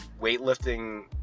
weightlifting